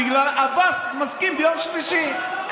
בגלל שעבאס מסכים ביום שלישי,